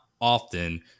often